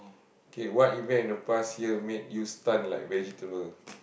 okay what event in the past year made you stun like vegetable